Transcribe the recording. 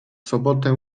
sobotę